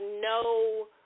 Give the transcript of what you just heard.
no